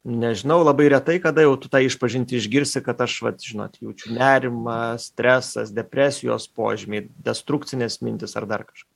nežinau labai retai kada jau tu tą išpažintį išgirsi kad aš vat žinot jaučiu nerimą stresas depresijos požymiai destrukcinės mintys ar dar kažkas